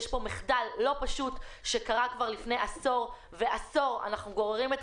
יש כאן מחדל לא פשוט שקרה כבר לפני עשור ובמשך עשור אנחנו גוררים את